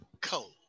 cold